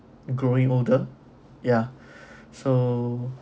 growing older yeah so